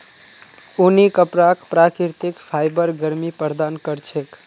ऊनी कपराक प्राकृतिक फाइबर गर्मी प्रदान कर छेक